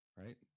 right